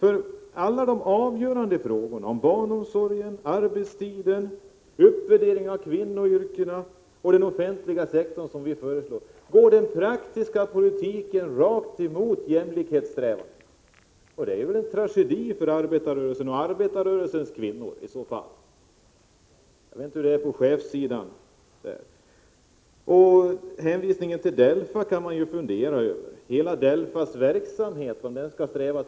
I alla de avgörande frågorna, om barnomsorgen, arbetstiden, uppvärderingen av kvinnoyrkena och offentliga sektorn, där vi i vpk för fram förslag, går den praktiska politiken rakt mot jämlikhetssträvandena, och det är en tragedi för arbetarrörelsen och arbetarrörelsens kvinnor. Jag vet inte hur det Det gjordes en hänvisning till DELFA, och man kan fundera över om Tisdagen den delegationen skall sträva efter jämlikhet i hela sin verksamhet.